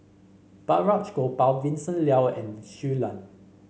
Balraj Gopal Vincent Leow and Shui Lan